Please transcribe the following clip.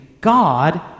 God